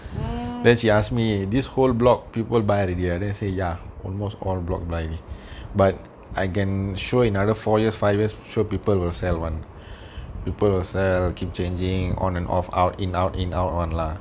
mm